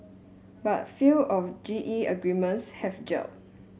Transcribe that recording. but few of G E agreements have gelled